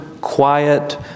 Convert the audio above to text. quiet